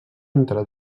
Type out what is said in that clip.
entre